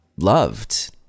loved